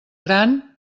gran